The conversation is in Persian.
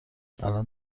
الان